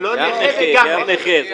גם לא נכה וגם נכה.